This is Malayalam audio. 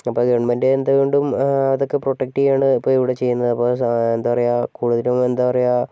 അപ്പോൾ ഗവൺമെൻറ്റ് എന്തുകൊണ്ടും അതൊക്കെ പ്രൊട്ടക്റ്റ് ചെയ്യുവാണ് ഇപ്പോൾ ഇവിടെ ചെയ്യുന്നത് എന്താണ് പറയുക കൂടുതലും എന്താണ് പറയുക്ക